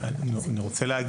אני שוב אומר: